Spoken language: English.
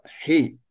hate